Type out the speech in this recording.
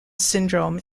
syndrome